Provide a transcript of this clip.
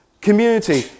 community